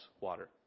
water